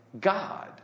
God